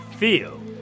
Feel